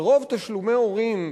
מרוב תשלומי הורים,